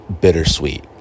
bittersweet